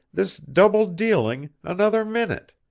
this double-dealing, another minute.